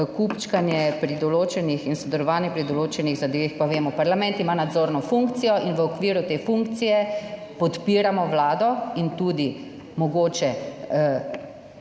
kupčkanje pri določenih in sodelovanje pri določenih zadevah, pa vemo. Parlament ima nadzorno funkcijo in v okviru te funkcije podpiramo Vlado in tudi, mogoče,